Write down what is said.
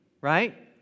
right